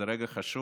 זה רגע חשוב.